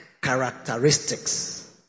characteristics